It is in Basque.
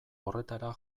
horretara